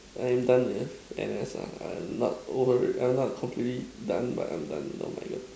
I'm done with N_S ah I'm not over I'm not completely done but I'm done oh my God